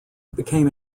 became